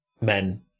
men